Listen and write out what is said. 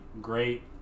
great